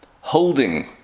holding